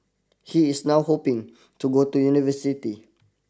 he is now hoping to go to university